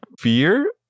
fear